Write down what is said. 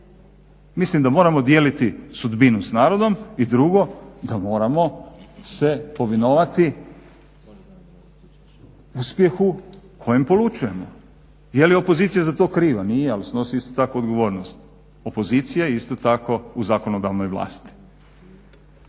Mislim da moramo dijeliti sudbinu s narodom i drugo da moramo se povinovati uspjehu kojem polučujemo. Je li opozicija za to kriva? Nije, ali snosi isto tako odgovornost. Opozicija je isto tako u zakonodavnoj vlasti.